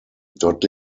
dort